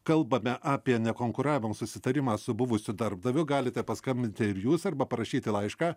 kalbame apie nekonkuravimo susitarimą su buvusiu darbdaviu galite paskambinti ir jūs arba parašyti laišką